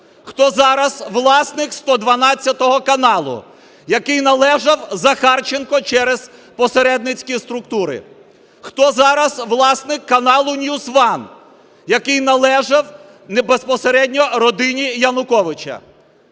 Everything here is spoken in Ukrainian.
Хто зараз власник "112" каналу, який належав Захарченко через посередницькі структури? Хто зараз власник каналу NewsOne, який належав безпосередньо родині Януковича?